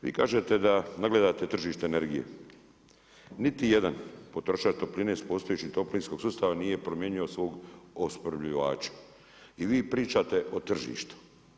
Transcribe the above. Vi kažete da nadgledate tržište energije, niti jedan potrošač topline sa postojećeg toplinskog sustava nije promijenio svog opskrbljivača i vi pričate o tržištu.